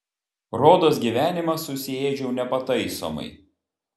rodos gyvenimą susiėdžiau nepataisomai